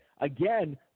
again